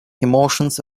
emotions